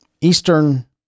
eastern